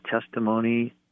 testimony